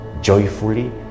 joyfully